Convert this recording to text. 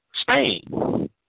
Spain